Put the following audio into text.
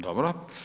Dobro.